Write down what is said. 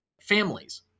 Families